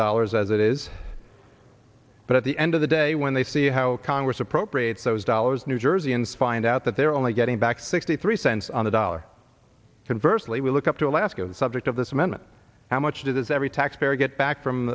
dollars as it is but at the end of the day when they see how congress appropriates those dollars new jerseyans find out that they're only getting back sixty three cents on the dollar conversant we look up to alaska the subject of this amendment how much does every taxpayer get back from